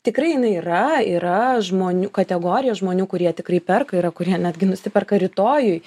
tikrai jinai yra yra žmonių kategorija žmonių kurie tikrai perka yra kurie netgi nusiperka rytojui